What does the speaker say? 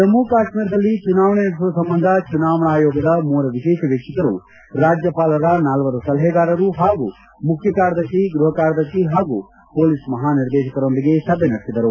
ಜಮ್ನು ಕಾಶ್ವೀರದಲ್ಲಿ ಚುನಾವಣೆ ನಡೆಸುವ ಸಂಬಂಧ ಚುನಾವಣಾ ಆಯೋಗದ ಮೂವರು ವಿಶೇಷ ವೀಕ್ಷಕರು ರಾಜ್ವಪಾಲರ ನಾಲ್ವರು ಸಲಹೆಗಾರರು ಹಾಗೂ ಮುಖ್ಯ ಕಾರ್ಯದರ್ಶಿ ಗೃಹ ಕಾರ್ಯದರ್ಶಿ ಹಾಗೂ ಮೊಲೀಸ್ ಮಹಾನಿರ್ದೇಶಕರೊಂದಿಗೆ ಸಭೆ ನಡೆಸಿದರು